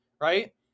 right